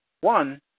one